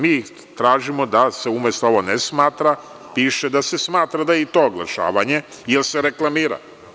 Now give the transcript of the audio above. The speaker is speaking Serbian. Mi tražimo da se umesto ovog – ne smatra, piše da se smatra da je i to oglašavanje, jer se reklamira.